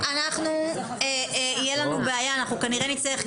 אנחנו נתראה